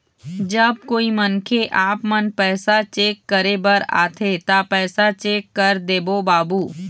जब कोई मनखे आपमन पैसा चेक करे बर आथे ता पैसा चेक कर देबो बाबू?